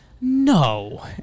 No